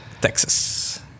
texas